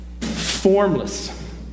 formless